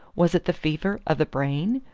was it the fever of the brain?